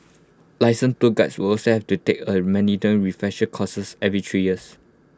licensed tour Guides will also have to take A mandatory refresher courses every three years